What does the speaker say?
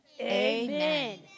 Amen